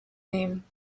nehmen